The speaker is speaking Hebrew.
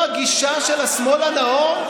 זאת הגישה של השמאל הנאור?